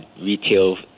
retail